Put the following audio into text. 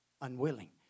Unwilling